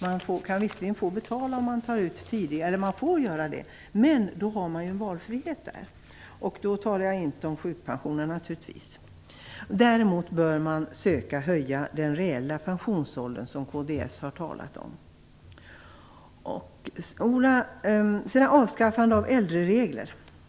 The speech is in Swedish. Man kan visserligen få betala om man tar pension tidigare, men man har en valfrihet. Jag talar då naturligtvis inte om sjukpensionen. Däremot bör man söka höja den reella pensionsåldern, som kds har talat om. Vidare gäller det avskaffandet av äldreregler.